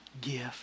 gift